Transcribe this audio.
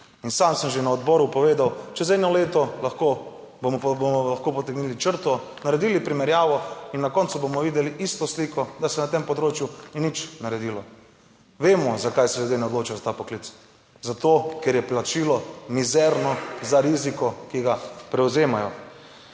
sam sem že na odboru povedal, čez eno leto lahko, pa bomo lahko potegnili črto, naredili primerjavo in na koncu bomo videli isto sliko, da se na tem področju ni nič naredilo. Vemo, zakaj se ljudje ne odločajo za ta poklic. Zato, ker je plačilo mizerno za riziko, ki ga prevzemajo.